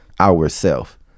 ourself